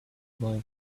boy